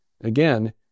Again